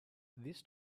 this